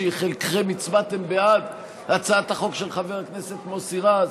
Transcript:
שחלקכם הצבעתם בעד הצעת החוק של חבר הכנסת מוסי רז